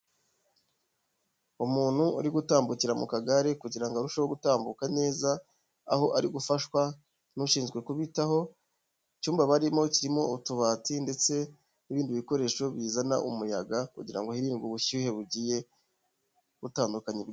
Umuntu uri gutambukira mu kagare kugira ngo arusheho gutambuka neza, aho ari gufashwa n'ushinzwe kubitaho, icyumba barimo kirimo utubati ndetse n'ibindi bikoresho bizana umuyaga kugira ngo hirindwe ubushyuhe bugiye butandukanye.